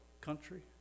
country